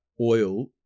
oil